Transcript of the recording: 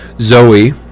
Zoe